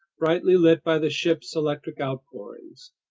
brightly lit by the ship's electric outpourings.